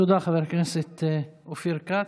תודה, חבר הכנסת אופיר כץ.